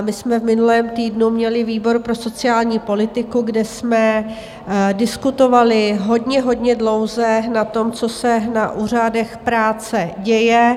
My jsme v minulém týdnu měli výbor pro sociální politiku, kde jsme diskutovali hodně dlouze o tom, co se na úřadech práce děje.